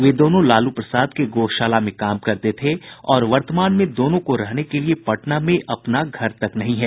वे दोनों लालू प्रसाद के गोशाला में काम करते थे और वर्तमान में दोनों के रहने के लिए पटना में अपना घर तक नहीं है